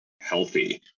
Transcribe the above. healthy